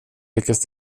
lyckas